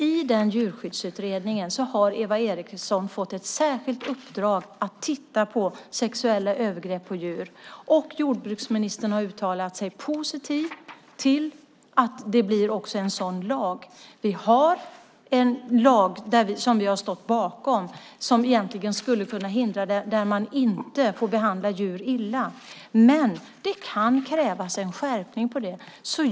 I utredningen har Eva Eriksson fått ett särskilt uppdrag att ta upp sexuella övergrepp på djur, och jordbruksministern har uttalat sig positivt till att det blir en sådan lag. Vi har redan en lag om att man inte får behandla djur illa, men det kan krävas en skärpning där.